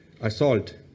assault